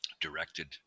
directed